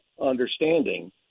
understanding